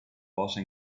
posto